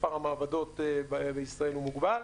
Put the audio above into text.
מספר המעבדות בישראל הוא מוגבל.